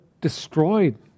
destroyed